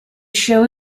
show